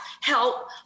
help